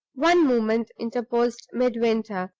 one moment, interposed midwinter,